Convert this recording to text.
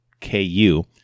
KU